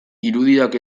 irudiak